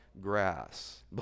grass